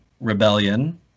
rebellion